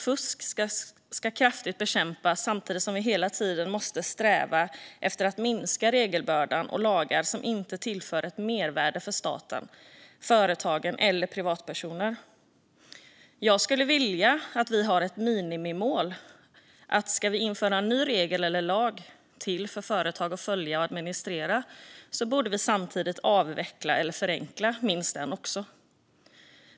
Fusk ska kraftigt bekämpas samtidigt som vi hela tiden måste sträva efter att minska regelbördan och lagar som inte tillför mervärde för staten, företagen eller privatpersoner. Jag skulle vilja att vi har som minimimål att om vi ska införa ännu en regel eller lag för företag att följa och administrera borde minst en lag eller regel samtidigt avvecklas eller förenklas.